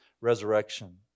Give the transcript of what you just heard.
resurrection